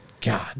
God